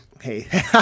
hey